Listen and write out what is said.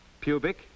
Pubic